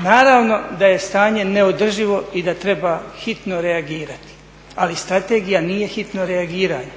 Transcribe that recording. Naravno da je stanje neodrživo i da treba hitno reagirati. Ali strategija nije hitno reagiranje.